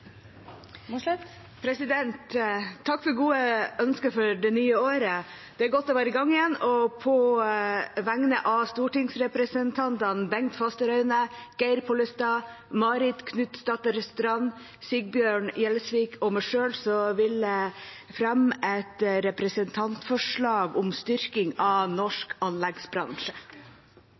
Mossleth vil framsette et representantforslag. Takk for gode ønsker for det nye året. Det er godt å være i gang igjen. På vegne av stortingsrepresentantene Bengt Fasteraune, Geir Pollestad, Marit Knutsdatter Strand, Sigbjørn Gjelsvik og meg selv vil jeg fremme et representantforslag om styrking av norsk anleggsbransje.